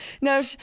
No